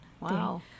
wow